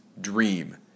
Dream